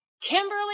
Kimberly